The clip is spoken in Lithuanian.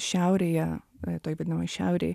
šiaurėje toj vadinamoj šiaurėj